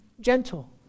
gentle